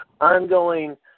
ongoing